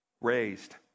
Raised